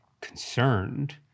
concerned